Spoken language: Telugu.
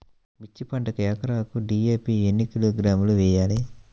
మిర్చి పంటకు ఎకరాకు డీ.ఏ.పీ ఎన్ని కిలోగ్రాములు వేయాలి?